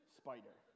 spider